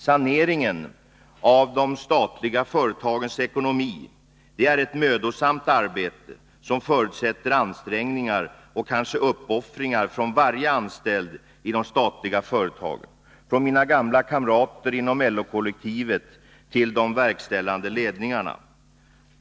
Saneringen av de statliga företagens ekonomi är ett mödosamt arbete som förutsätter ansträngningar och kanske uppoffringar från varje anställd i dessa företag, från mina gamla kamrater inom LO-kollektivet till de verkställande ledningarna.